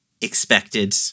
Expected